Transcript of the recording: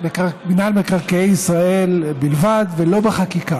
מינהל מקרקעי ישראל בלבד ולא בחקיקה.